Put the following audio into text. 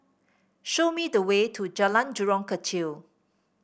show me the way to Jalan Jurong Kechil